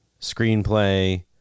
screenplay